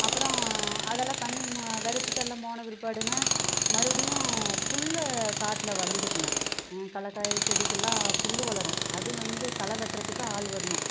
அப்புறோம் அதெல்லாம் பண்ணி விதச்சிட்டெல்லாம் போன பிற்பாடுங்க மறுபுடியும் புல் காட்டில் வளர்ந்துக்குங்க கல்லக்காய் செடிக்கெல்லாம் புல் வளரும் அது வந்து களை வெட்டுறதுக்கு ஆள் வர்ணும்